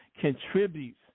contributes